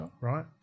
right